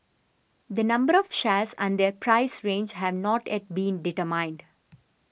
the number of shares and their price range have not yet been determined